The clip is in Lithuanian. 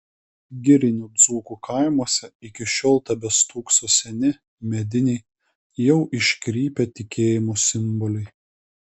girinių dzūkų kaimuose iki šiol tebestūkso seni mediniai jau iškrypę tikėjimo simboliai